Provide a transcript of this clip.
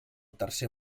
tercer